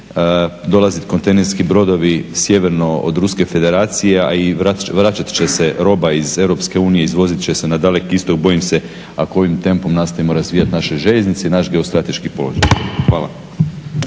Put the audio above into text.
dolaziti kontejnerski brodovi sjeverno od Ruske federacije, a i vraćat će se roba iz EU, izvozit će se na Daleki Istok. Bojim se ako ovim tempom nastavimo razvijati naše željeznice i naš geostrateški položaj. Hvala.